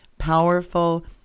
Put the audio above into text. powerful